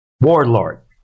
warlord